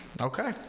Okay